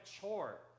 chore